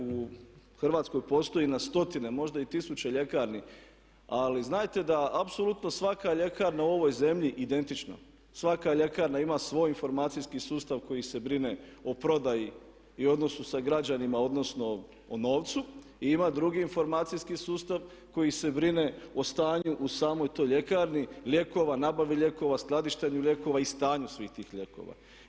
U Hrvatskoj postoji na stotine možda i tisuće ljekarni, ali znajte da apsolutno svaka ljekarna u ovoj zemlji je identična, svaka ljekarna ima svoj informacijski sustav koji se brine o prodaji i odnosu sa građanima odnosno o novcu i ima drugi informacijski sustav koji se brine o stanju u samoj toj ljekarni, lijekova, nabave lijekova, skladištenju lijekova i stanju svih tih lijekova.